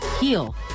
heal